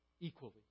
equally